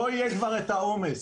לא יהיה כבר את העומס.